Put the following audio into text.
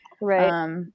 Right